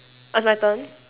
it's my turn